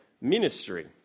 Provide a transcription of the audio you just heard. ministry